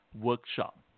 Workshop